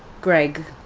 greg,